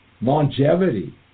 longevity